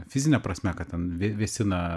fizine prasme kad ten vė vėsina